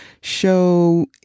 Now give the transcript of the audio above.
show